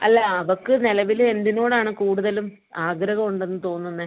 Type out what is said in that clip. അല്ല അവർക്ക് നിലവിൽ എന്തിനോടാണ് കൂടുതലും ആഗ്രഹം ഉണ്ടെന്ന് തോന്നുന്നത്